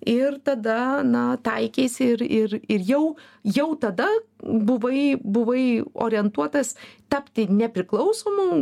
ir tada na taikeisi ir ir ir jau jau tada buvai buvai orientuotas tapti nepriklausomu